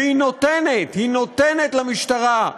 והיא נותנת למשטרה,